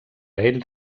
ell